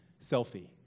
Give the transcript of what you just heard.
Selfie